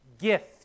gift